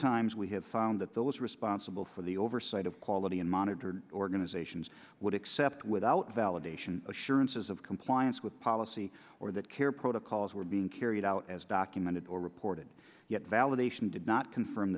times we have found that those responsible for the oversight of quality unmonitored organizations would accept without validation assurances of compliance with policy or that care protocols were being carried out as documented or reported yet validation did not confirm